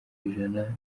ijana